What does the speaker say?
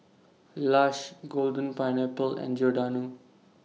Lush Golden Pineapple and Giordano